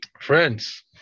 Friends